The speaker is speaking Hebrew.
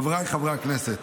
חבריי חברי הכנסת,